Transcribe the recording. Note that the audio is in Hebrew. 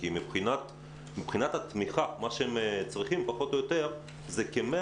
כי מבחינת התמיכה מה שהם צריכים פחות או יותר זה כ-100